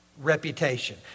Reputation